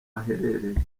aherereye